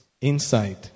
inside